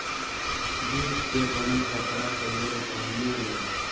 jute के बनल कपड़ा के लोग पहिने ले